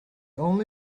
only